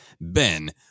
Ben